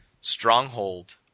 Stronghold